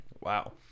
Wow